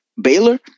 Baylor